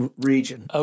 region